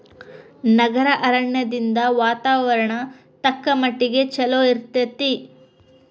ನಗರ ಅರಣ್ಯದಿಂದ ವಾತಾವರಣ ತಕ್ಕಮಟ್ಟಿಗೆ ಚಲೋ ಇರ್ತೈತಿ